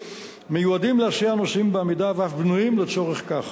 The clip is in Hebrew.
מיועדים להסיע נוסעים בעמידה ואף בנויים לצורך כך.